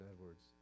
Edwards